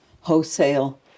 wholesale